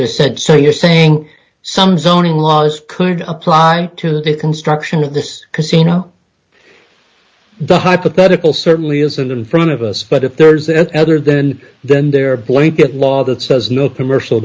just said so you're saying sums owning laws could apply to the construction of this casino the hypothetical certainly isn't in front of us but if there's at other than then there blanket law that says no commercial